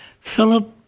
Philip